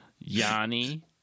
Yanni